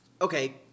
okay